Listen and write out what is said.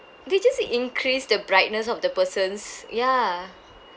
they just increase the brightness of the person's ya